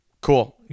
Cool